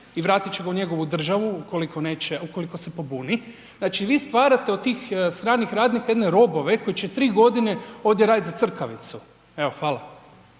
i vratit će ga u njegovu državu ukoliko se pobuni. Znači vi stvarate od tih stranih radnika jedne robove koji će 3 g. ovdje radit za crkavicu. Evo hvala.